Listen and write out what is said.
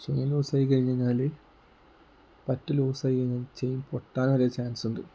chain loose ആയി കഴിഞ്ഞു കഴിഞ്ഞാൽ പറ്റ് ലൂസ് ആയി കഴിഞ്ഞാൽ ചെയിൻ പൊട്ടാൻ വരെ ഒരു ചാൻസുണ്ട്